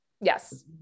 yes